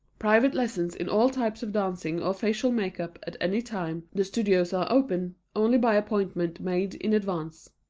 private lessons in all types of dancing or facial makeup at any time the studios are open, only by appointment made in advance.